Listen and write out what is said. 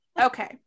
Okay